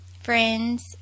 Friends